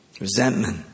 Resentment